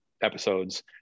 episodes